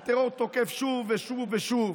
הטרור תוקף שוב ושוב ושוב.